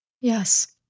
Yes